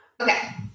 Okay